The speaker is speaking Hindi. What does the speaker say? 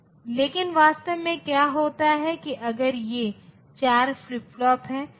तो यह ट्रुथ टेबल है अगर मैं इसे A B और F खींचता हूं